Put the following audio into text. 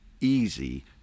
easy